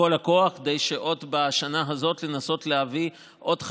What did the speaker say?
בכל הכוח כדי לנסות להביא עוד בשנה הזאת עוד